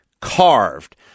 carved